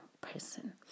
person